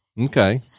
Okay